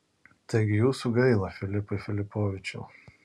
taigi jūsų gaila filipai filipovičiau